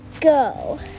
Go